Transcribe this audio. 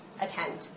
attend